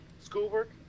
Schoolwork